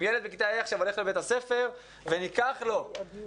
אם ילד בכיתה ה' הולך עכשיו לבית הספר וניקח לו לשבועיים,